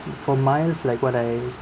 for miles like what I